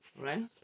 Right